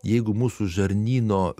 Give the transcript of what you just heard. jeigu mūsų žarnyno